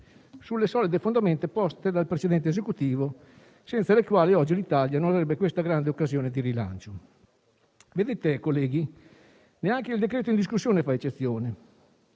sulle solide fondamenta poste dal precedente Esecutivo, senza le quali oggi l'Italia non avrebbe questa grande occasione di rilancio. Onorevoli colleghi, neanche il decreto-legge in discussione fa eccezione.